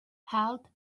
health